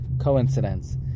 coincidence